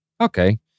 Okay